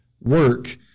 work